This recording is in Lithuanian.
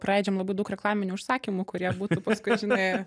praleidžiam labai daug reklaminių užsakymų kurie būtų paskui žinai